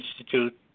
Institute